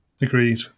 agreed